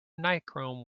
nichrome